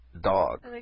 Dog